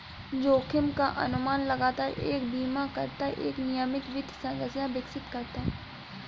जोखिम का अनुमान लगाकर एक बीमाकर्ता एक नियमित वित्त संरचना विकसित करता है